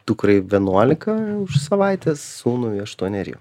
dukrai vienuolika savaitės sūnui aštuoneri